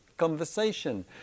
Conversation